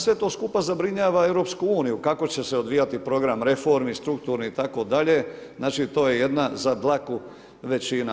Sve to skupa zabrinjava EU kako će se odvijati program reformi, strukturni itd. znači to je jedna za dlaku većina.